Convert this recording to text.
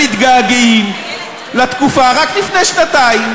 אתם מתגעגעים לתקופה רק לפני שנתיים